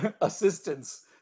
assistance